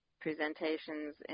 presentations